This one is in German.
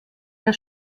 der